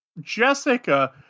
Jessica